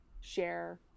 share